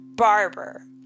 barber